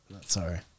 sorry